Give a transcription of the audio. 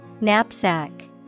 Knapsack